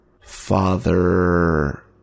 Father